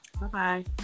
Bye-bye